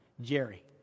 Jerry